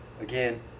Again